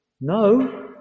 No